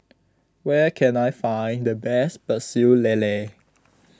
where can I find the best Pecel Lele